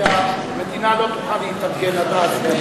כי המדינה לא תוכל להתארגן עד אז.